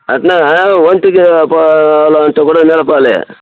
అట్లే ఒంటికి పోవాలంటే కూడా నిలపాలి